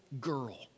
girl